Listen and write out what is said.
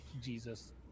Jesus